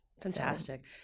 Fantastic